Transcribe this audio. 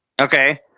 Okay